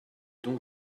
donc